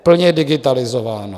Plně digitalizováno!